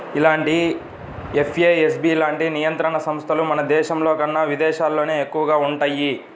ఇలాంటి ఎఫ్ఏఎస్బి లాంటి నియంత్రణ సంస్థలు మన దేశంలోకన్నా విదేశాల్లోనే ఎక్కువగా వుంటయ్యి